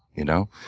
you know?